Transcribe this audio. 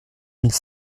mille